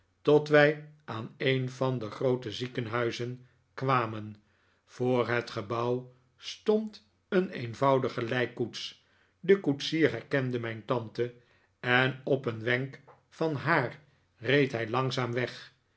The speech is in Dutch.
tot wij aan een van de groote ziekenhuizen kwamen voor het gebouw stond een eenvoudige lijkkoets de koetsier herkende mijn tante en op een wenk van haar reed hij langzaam weg